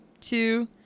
two